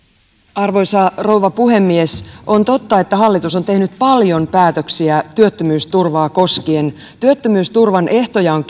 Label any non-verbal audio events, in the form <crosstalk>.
arvoisa rouva puhemies on totta että hallitus on tehnyt paljon päätöksiä työttömyysturvaa koskien työttömyysturvan ehtoja on <unintelligible>